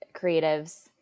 creatives